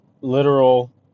literal